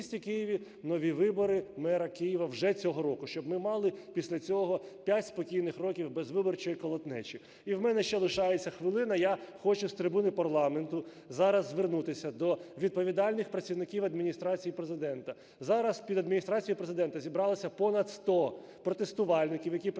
в місті Києві, нові вибори мера Києва вже цього року, щоб ми мали після цього 5 спокійних років без виборчої колотнечі. І в мене ще лишається хвилина. Я хочу з трибуни парламенту зараз звернутися до відповідальних працівників Адміністрації Президента. Зараз під Адміністрацією Президента зібралося понад 100 протестувальників, які приїхали